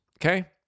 Okay